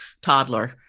toddler